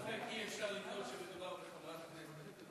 במקרה שלה אי-אפשר לטעות, מדובר בחברת כנסת.